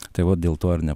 tai va dėl to ir ne